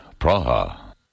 Praha